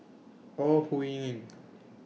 Ore Huiying